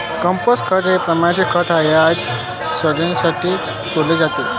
compost खत हे प्राण्यांचे खत आहे जे सडण्यासाठी सोडले जाते